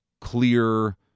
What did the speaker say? clear